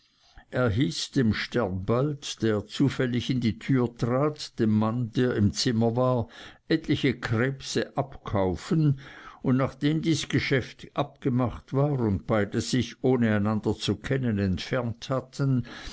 hieß dem sternbald der zufällig in die tür trat dem mann der im zimmer war etliche krebse abkaufen und nachdem dies geschäft abgemacht war und beide sich ohne einander zu kennen entfernt hatten